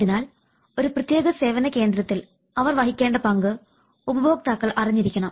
അതിനാൽ ഒരു പ്രത്യേക സേവന കേന്ദ്രത്തിൽ അവർ വഹിക്കേണ്ട പങ്ക് ഉപഭോക്താക്കൾ അറിഞ്ഞിരിക്കണം